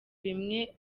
bimwe